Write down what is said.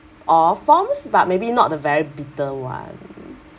all forms but maybe not the very bitter one